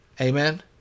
Amen